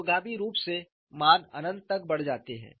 उपगामी रूप से मान अनंत तक बढ़ जाते हैं